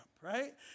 right